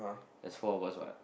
there's four of us what